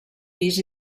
pis